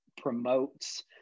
promotes